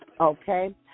Okay